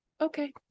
okay